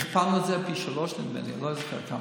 הכפלנו את זה פי שלושה, נדמה לי, לא זוכר כמה,